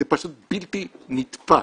זה פשוט בלתי נתפס.